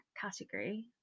category